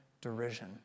derision